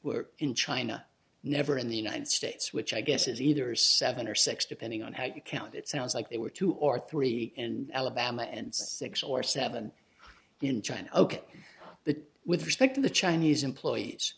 were in china never in the united states which i guess is either seven or six depending on how you count it sounds like they were two or three and alabama and six or seven in china ok the with respect to the chinese employees